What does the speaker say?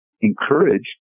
encouraged